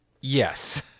yes